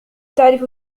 تعرف